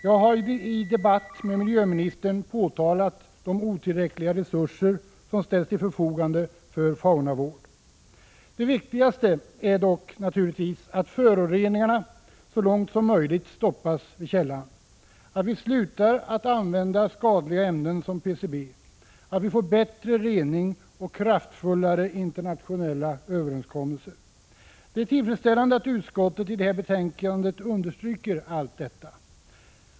Jag har i debatt med miljöministern påtalat det otillräckliga i de resurser som ställs till förfogande för faunavård. Det viktigaste är dock naturligtvis att föroreningarna så långt som möjligt stoppas vid källan, att vi slutar att använda skadliga ämnen som PCB, att vi får bättre rening och kraftfullare internationella överenskommelser. Det är tillfredsställande att utskottet i betänkandet understryker allt detta.